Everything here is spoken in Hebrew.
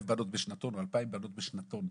בנות בשנתון או 2,000 בנות בשנתון,